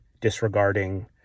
disregarding